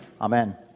Amen